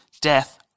death